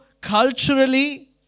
culturally